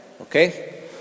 Okay